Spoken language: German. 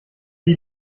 die